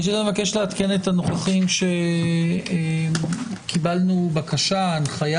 אבקש לעדכן את הנוכחים, שקיבלנו הנחיה